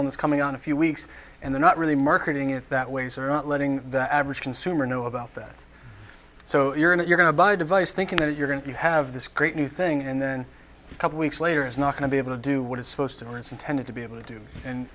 this coming on a few weeks and they're not really marketing it that way so not letting the average consumer know about that so if you're in it you're going to buy a device thinking that you're going to have this great new thing and then a couple weeks later it's not going to be able to do what it's supposed to or it's intended to be able to do and